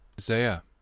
Isaiah